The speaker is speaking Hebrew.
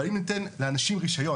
אבל אם ניתן לאנשים רישיון,